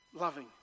loving